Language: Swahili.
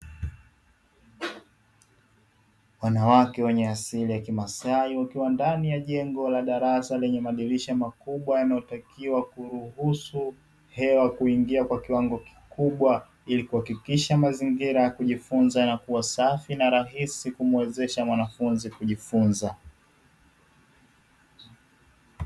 Wanawake wenye asili ya kimaasai wakiwa ndani ya jengo la darasa lenye madirisha makubwa yanayotakiwa kuruhusu hewa kuingia kwa kiwango kikubwa, ili kuhakikisha mazingira ya kujifunza yanakuwa safi na rahisi kumwezesha mwanafunzi kujifunza.